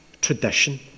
tradition